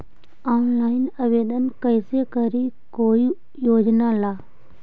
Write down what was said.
Online आवेदन कैसे करी कोई योजना ला?